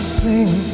sing